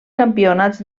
campionats